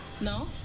No